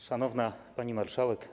Szanowna Pani Marszałek!